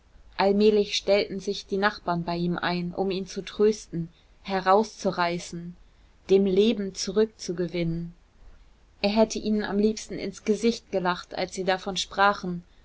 allmählich stellten sich die nachbarn bei ihm ein um ihn zu trösten herauszureißen dem leben zurückzugewinnen er hätte ihnen am liebsten ins gesicht gelacht als sie davon sprachen